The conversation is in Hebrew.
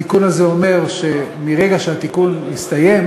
התיקון הזה אומר שמרגע שהתיקון הסתיים